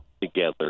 together